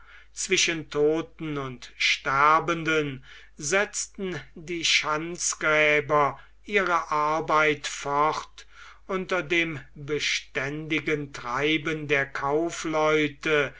zwischen todten und sterbenden setzten die schanzgräber ihre arbeit fort unter dem beständigen treiben der kaufleute